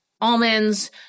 almonds